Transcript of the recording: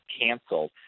canceled